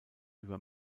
über